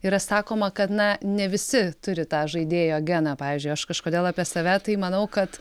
yra sakoma kad na ne visi turi tą žaidėjo geną pavyzdžiui aš kažkodėl apie save tai manau kad